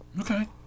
okay